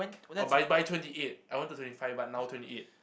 or by by twenty eight I wanted twenty five but now twenty eight